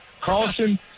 Carlson